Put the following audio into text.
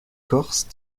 corses